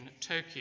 Tokyo